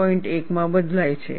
1 માં બદલાય છે